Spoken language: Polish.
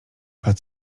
padł